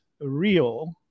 real